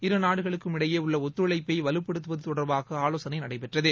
இரு நாடுகளுக்குமிடையே உள்ள ஒத்துழைப்பை வலுப்படுத்துவது தொடர்பாக ஆவோசனை நடைபெற்றது